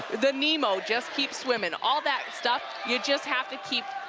the nemo, just keep swimming. all that stuff you just have to keep